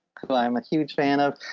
who i'm a huge fan of.